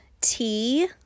tea